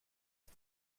ist